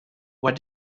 what